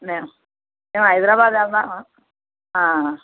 మేము హైదరాబాద్ వెళుతున్నాము